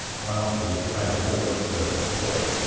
my uncle was tryin' to hold up the boy,